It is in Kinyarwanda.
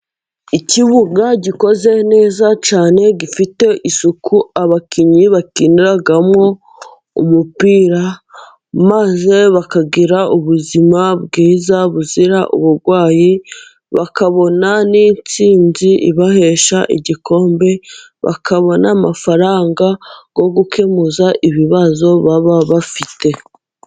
Ikibuga gikoze neza cyane gifite isuku abakinnyi bakinamo umupira, maze bakagira ubuzima bwiza buzira uburwayi, bakabona n'intsinzi ibahesha igikombe, bakabona amafaranga yo gukemu ibibazo baba bafite.